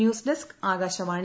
news desk Akashvani